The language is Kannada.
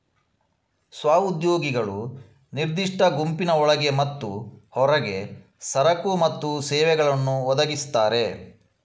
ಸ್ವ ಉದ್ಯೋಗಿಗಳು ನಿರ್ದಿಷ್ಟ ಗುಂಪಿನ ಒಳಗೆ ಮತ್ತು ಹೊರಗೆ ಸರಕು ಮತ್ತು ಸೇವೆಗಳನ್ನು ಒದಗಿಸ್ತಾರೆ